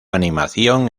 animación